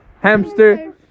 hamster